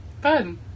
Fun